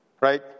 Right